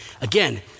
Again